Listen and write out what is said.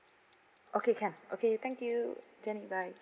okay can okay thank you jenny bye